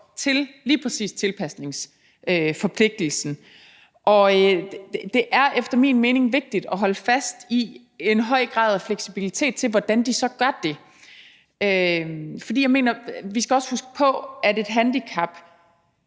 til lige præcis tilpasningsforpligtelsen. Det er efter min mening vigtigt at holde fast i en høj grad af fleksibilitet til, hvordan de så gør det, fordi jeg mener, at vi også skal huske på, at et handicap